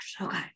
okay